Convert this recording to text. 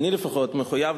אני לפחות מחויב,